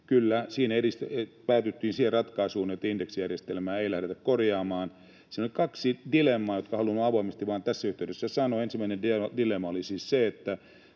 Kyllä, siinä päädyttiin siihen ratkaisuun, että indeksijärjestelmää ei lähdetä korjaamaan. Siinä oli kaksi dilemmaa, jotka haluan avoimesti vain tässä yhteydessä sanoa. Ensimmäinen dilemma oli siis se,